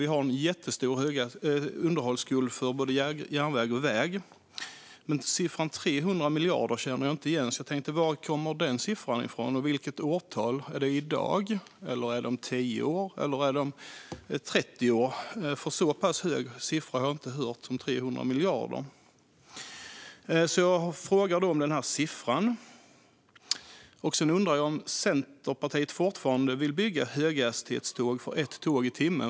Vi har en jättestor underhållsskuld för både järnväg och väg. Men siffran 300 miljarder känner jag inte igen. Var kommer den siffran ifrån, och vilket årtal handlar det om? Är det i dag, är det om tio år eller är det om 30 år? Jag har inte hört att det nämnts en så pass hög siffra som 300 miljarder. Jag frågar alltså om siffran. Sedan undrar jag om Centerpartiet fortfarande vill bygga höghastighetståg för ett tåg i timmen.